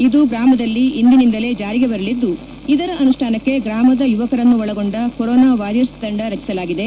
ಇದು ಗ್ರಾಮದಲ್ಲಿ ಇಂದಿನಿಂದಲೇ ಜಾರಿಗೆ ಬರಲಿದ್ದು ಇದರ ಅನುಷ್ಠಾನಕ್ಕೆ ಗ್ರಾಮದ ಯುವಕರನ್ನು ಒಳಗೊಂಡ ಕೊರೋನಾ ವಾರಿಯರ್ಸ್ ತಂಡ ರಚಿಸಲಾಗಿದೆ